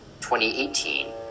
2018